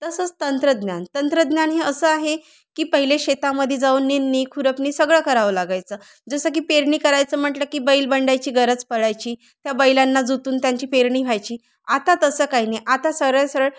तसंच तंत्रज्ञान तंत्रज्ञान हे असं आहे की पहिले शेतामध्ये जाऊन निंदणी खुरपणी सगळं करावं लागायचं जसं की पेरणी करायचं म्हटलं की बैलबंड्याची गरज पडायची त्या बैलांना जुतून त्यांची पेरणी व्हायची आता तसं काही नाही आता सरळसरळ